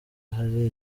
hari